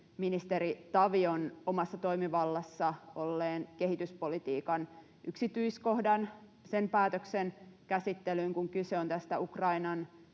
ministeri Tavion omassa toimivallassa olleen kehityspolitiikan yksityiskohdan ja päätöksen käsittelyyn, kun kyse on tästä Ukrainan